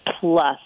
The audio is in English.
plus